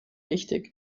wichtig